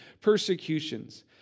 persecutions